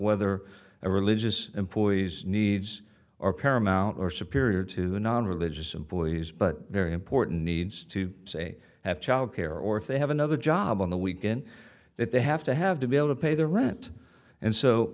whether a religious employee's needs or paramount or superior to non religious employees but very important needs to say have child care or if they have another job on the weekend that they have to have to be able to pay the rent and so